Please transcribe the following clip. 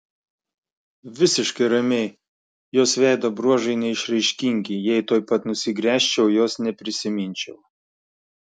visiškai ramiai jos veido bruožai neišraiškingi jei tuoj pat nusigręžčiau jos neprisiminčiau